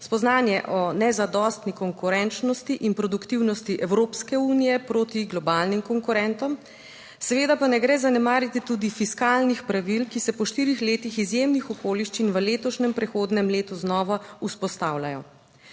spoznanje o nezadostni konkurenčnosti in produktivnosti Evropske unije proti globalnim konkurentom, seveda pa ne gre zanemariti tudi fiskalnih pravil, ki se po štirih letih izjemnih okoliščin v letošnjem prihodnjem letu znova vzpostavljajo.